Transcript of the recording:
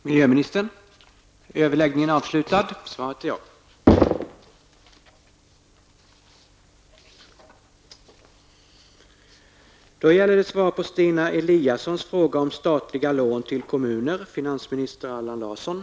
Fru talman! Jag har gett det kompletterande svar som Stina Eliasson efterfrågar, och jag har inget mer att tillägga.